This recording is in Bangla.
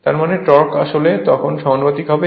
তার মানে টর্ক আসলে তখন সমানুপাতিক হবে